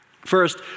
First